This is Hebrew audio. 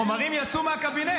חומרים יצאו מהקבינט.